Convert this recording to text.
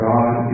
God